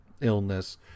illness